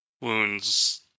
wounds